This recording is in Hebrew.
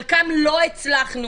חלקם לא הצלחנו,